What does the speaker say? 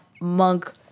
Monk